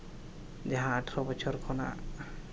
ᱡᱟᱦᱟᱸ ᱟᱴᱷᱨᱚ ᱵᱚᱪᱷᱚᱨ ᱠᱷᱚᱱᱟᱜ